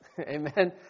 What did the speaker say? Amen